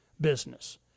business